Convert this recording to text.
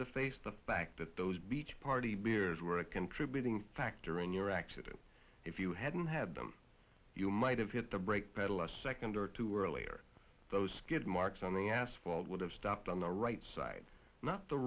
to face the fact that those beach party beers were a contributing factor in your accident if you hadn't had them you might have hit the brake pedal a second or two earlier those skid marks on the asphalt would have stopped on the right side not the